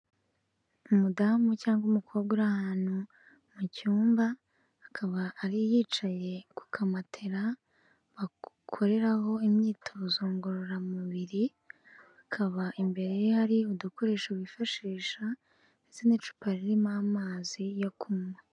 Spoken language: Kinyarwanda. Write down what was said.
Umudamu cyangwa umukobwa uri ahantu mu cyumba akaba yicaye ku kamatera bakoreraho imyitozo ngororamubiri, akaba imbere ye hari udukoresho yifashisha ndetse n'icupa ririmo amazi yo kunywa.